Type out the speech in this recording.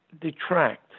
detract